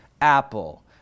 Apple